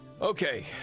Okay